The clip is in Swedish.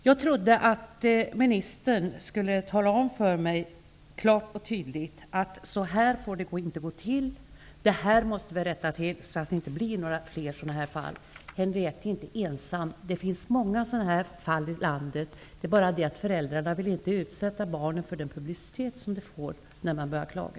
Jag trodde att ministern skulle tala om för mig klart och tydligt att så här får det inte gå till. Detta måste rättas till, så att det inte blir fler sådana fall. Henriette är inte ensam. Det finns många sådana fall i landet. Det är bara det att föräldrarna inte vill utsätta barnen för den publicitet som de får när man börjar klaga.